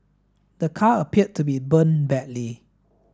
the car appeared to be burnt badly